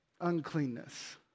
uncleanness